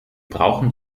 brauchen